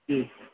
হুম